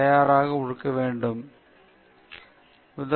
ஆனால் அதே வழியில் பகிர்ந்து கொள்ளப்பட வேண்டியதில்லை